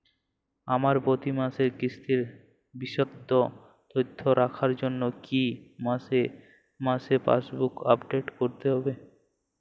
আমার প্রতি মাসের কিস্তির বিশদ তথ্য রাখার জন্য কি মাসে মাসে পাসবুক আপডেট করতে হবে?